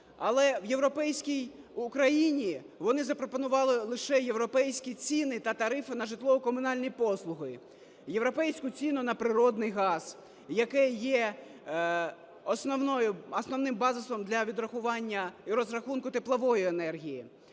але в європейській Україні вони запропонували лише європейські ціни та тарифи на житлово-комунальні послуги, європейську ціну на природній газ, яка є основною… основним базисом для відрахування і розрахунку теплової енергії.